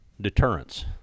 deterrence